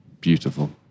Beautiful